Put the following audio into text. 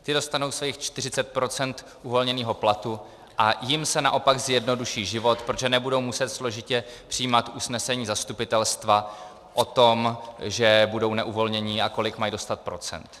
Ti dostanou svých 40 % uvolněného platu a jim se naopak zjednoduší život, protože nebudou muset složitě přijímat usnesení zastupitelstva o tom, že budou neuvolnění a kolik mají dostat procent.